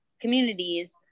communities